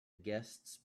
guests